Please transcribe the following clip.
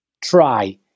try